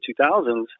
2000s